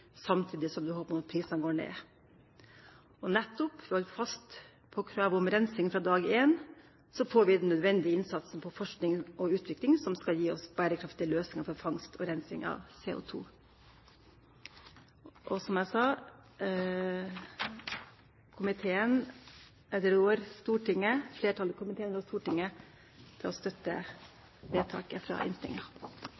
samtidig som det er håp om at prisene går ned. Nettopp ved å holde fast ved kravet om rensing fra dag én får vi den nødvendige innsatsen på forskning og utvikling som skal gi oss bærekraftige løsninger for fangst og rensing av CO2. Som jeg sa: Flertallet i komiteen rår Stortinget til å støtte